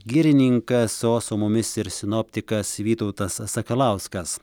girininkas o su mumis ir sinoptikas vytautas sakalauskas